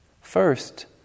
First